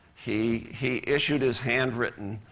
he he issued his handwritten